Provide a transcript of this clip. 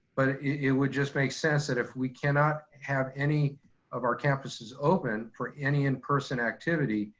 but it would just make sense that if we cannot have any of our campuses open for any in person activity,